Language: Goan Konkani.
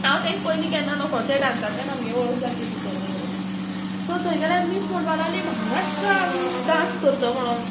हांव तांकां पयलीं केन्ना नोको त्या डांसाच्यान आमगे वळख जालें त्या टिचऱ्यां बरोबर सो थंय गेल्यार मीस म्हणपा लागली महाराष्ट्रा आमी डांस करता म्हणोन